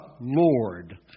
Lord